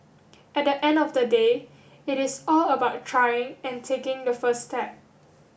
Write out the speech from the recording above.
at the end of the day it is all about trying and taking the first step